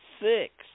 Six